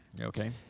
Okay